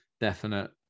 definite